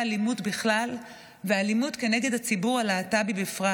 האלימות בכלל והאלימות כנגד הציבור הלהט"בי בפרט.